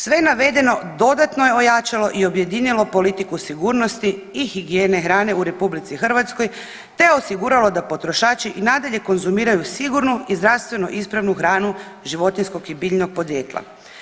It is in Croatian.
Sve navedeno dodatno je ojačalo i objedinilo politiku sigurnosti i higijene hrane u RH te osiguralo da potrošači i nadalje konzumiraju sigurnu i zdravstveno ispravnu hranu životinjskog i biljnog podrijetla.